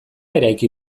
eraiki